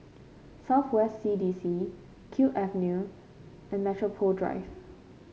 South West C D C Kew Avenue and Metropole Drive